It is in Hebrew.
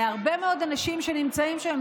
להרבה מאוד אנשים שנמצאים שם,